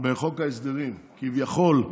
בחוק ההסדרים, כביכול,